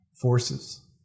forces